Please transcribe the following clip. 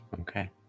Okay